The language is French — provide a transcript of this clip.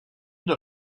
dans